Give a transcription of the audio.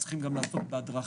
הם צריכים גם לעסוק בהדרכה,